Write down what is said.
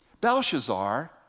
Belshazzar